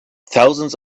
thousands